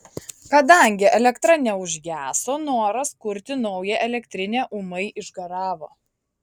kadangi elektra neužgeso noras kurti naują elektrinę ūmai išgaravo